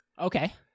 Okay